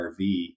RV